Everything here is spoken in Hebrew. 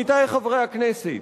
עמיתי חברי הכנסת,